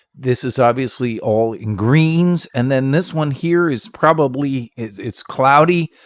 this is obviously all in greens. and then this one here is probably. it's cloudy.